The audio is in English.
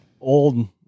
old